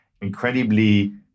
incredibly